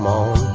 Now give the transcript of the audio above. on